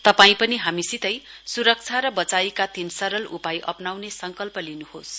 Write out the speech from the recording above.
तपाई पनि हामीसितै सुरक्षा र बचाइका तीन सरल उपाय अप्नाउने संकल्प गर्नुहोस्